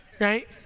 right